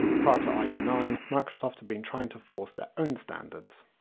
prior to i e nine microsoft had been trying to force their own standards.